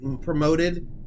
promoted